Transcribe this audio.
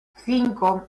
cinco